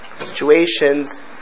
situations